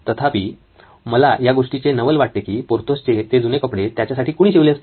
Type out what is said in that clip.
तथापि मला या गोष्टीचे नवल वाटते की पोर्थोसचे ते जुने कपडे त्याच्यासाठी कोणी शिवले असतील